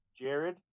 Jared